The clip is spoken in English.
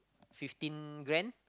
fifteen grand